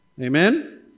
Amen